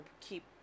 keep